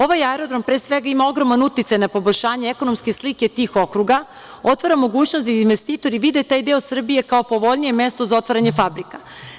Ovaj aerodrom pre svega ima ogroman uticaj na poboljšanje ekonomske slike tih okruga, otvara mogućnost da investitori vide taj deo Srbije kao povoljnije mesto za otvaranje fabrika.